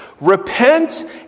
Repent